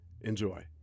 Enjoy